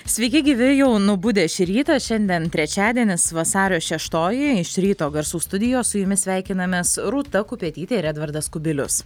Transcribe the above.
sveiki gyvi jau nubudę šį rytą šiandien trečiadienis vasario šeštoji iš ryto garsų studijos su jumis sveikinamės rūta kupetytė ir edvardas kubilius